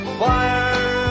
fire